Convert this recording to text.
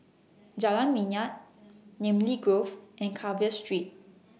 Jalan Minyak Namly Grove and Carver Street